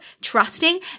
trusting